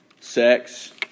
sex